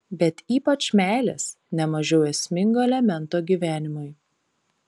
bet ypač meilės ne mažiau esmingo elemento gyvenimui